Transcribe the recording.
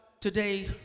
today